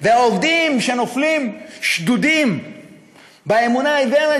והעובדים נופלים שדודים באמונה העיוורת